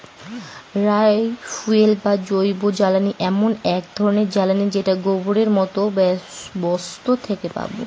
বায় fuel বা জৈবজ্বালানী এমন এক ধরনের জ্বালানী যেটা গোবরের মতো বস্তু থেকে পাবো